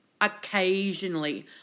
Occasionally